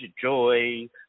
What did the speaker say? joy